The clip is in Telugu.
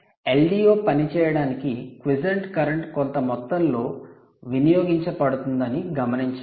LDO పనిచేయడానికి క్విసెంట్ కరెంట్ quiescent current కొంత మొత్తంలో వినియోగించబడుతుందని గమనించండి